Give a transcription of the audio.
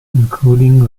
include